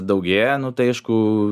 daugėja nu tai aišku